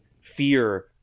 fear